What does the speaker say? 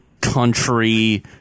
country